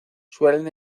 suelen